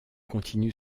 continue